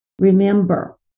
remember